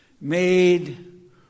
made